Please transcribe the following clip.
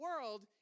world